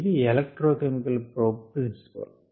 ఇది electrochemical probe principle